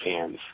fans